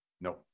No